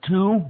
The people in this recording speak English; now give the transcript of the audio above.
Two